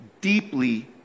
deeply